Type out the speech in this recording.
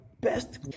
best